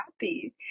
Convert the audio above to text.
happy